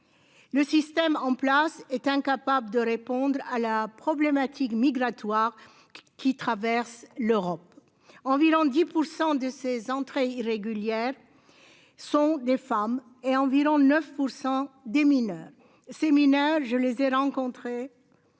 Le système en place est incapable de répondre à la problématique migratoire qui traverse l'Europe en ville en 10%, de ses entrées irrégulières. Sont des femmes et environ 9% des mineurs. Séminal je les ai rencontrés.